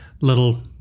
little